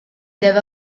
deve